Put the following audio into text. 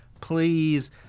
Please